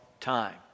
time